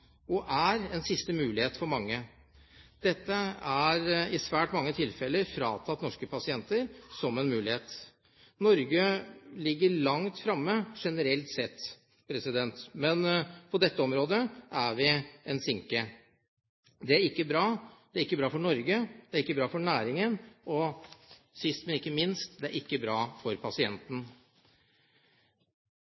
og er, en siste mulighet for mange. Dette er i svært mange tilfeller fratatt norske pasienter som en mulighet. Norge ligger langt fremme generelt sett, men på dette området er vi en sinke. Det er ikke bra. Det er ikke bra for Norge, det er ikke bra for næringen og sist, men ikke minst: Det er ikke bra for pasienten.